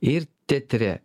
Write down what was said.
ir teatre